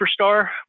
superstar